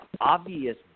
obvious